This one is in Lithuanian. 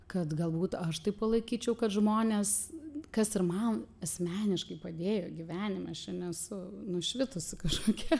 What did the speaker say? kad galbūt aš tai palaikyčiau kad žmonės kas ir man asmeniškai padėjo gyvenime šiame su nušvitus kažkokia